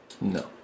No